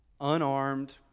unarmed